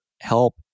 help